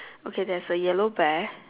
okay there's a yellow bear